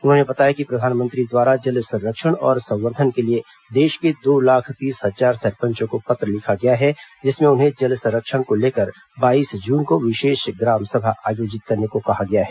उन्होंने बताया कि प्रधानमंत्री द्वारा जल संरक्षण और संवर्धन के लिए देश के दो लाख तीस हजार सरपंचों को पत्र लिखा गया है जिसमें उन्हें जल संरक्षण को लेकर बाईस जून को विशेष ग्रामसभा आयोजित करने को कहा गया है